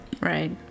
Right